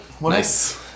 Nice